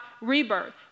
rebirth